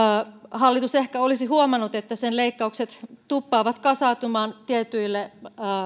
hallitus ehkä olisi huomannut että sen leikkaukset tuppaavat kasautumaan tietyille